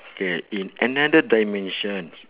K in another dimensions